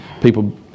People